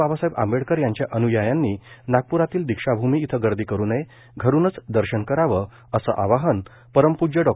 बाबासाहेब आंबेडकर यांच्या अन्यायांनी नागप्रातील दीक्षाभूमी इथं गर्दी करू नये घरूनच दर्शन करावं असं आवाहन परमप्ज्य डॉ